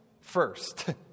first